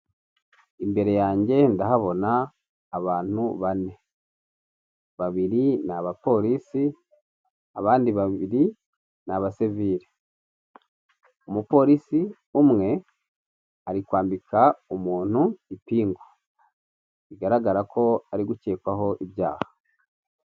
Imbere yanjye ndahabona abantu bane, babiri ni abapolisi abandi babiri ni abasivile umupolisi umwe ari kwambika umuntu ipingu bigaragara ko ari gukekwaho ibyaha.